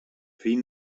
fill